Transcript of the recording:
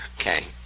Okay